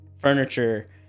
furniture